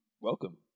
welcome